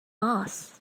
moss